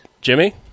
Jimmy